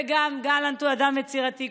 וגם גלנט הוא אדם יצירתי,